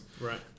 right